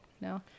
no